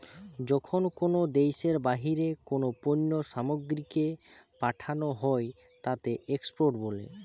যখন কোনো দ্যাশের বাহিরে কোনো পণ্য সামগ্রীকে পাঠানো হই তাকে এক্সপোর্ট বলে